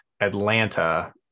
Atlanta